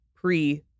pre